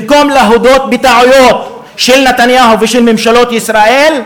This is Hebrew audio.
במקום להודות בטעויות של נתניהו ושל ממשלות ישראל,